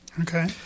Okay